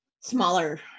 Smaller